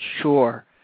Sure